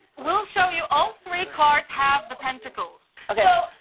we'll show you all three cards have the pentacles. so,